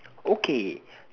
okay